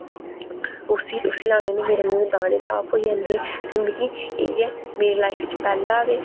उस्सी लाने कन्नै मेरा मूंह् दाने साफ होई जंदे ते मिगी इयै मेरी लाइफ च पैह्ला गै